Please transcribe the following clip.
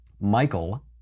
Michael